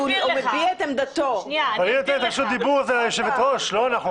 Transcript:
הכול נופל על האזרח.